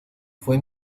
fue